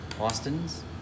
Austin's